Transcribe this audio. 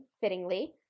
fittingly